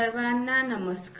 सर्वांना नमस्कार